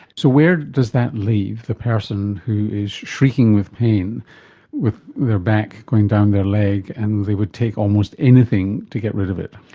so where does that leave the person who is shrieking with pain with their back going down their leg and they would take almost anything to get rid of it?